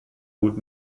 gut